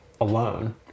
alone